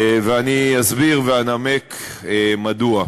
ואני אסביר ואנמק מדוע.